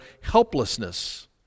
helplessness